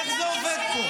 איך זה עובד פה?